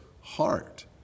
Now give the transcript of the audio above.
heart